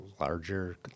larger